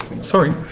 sorry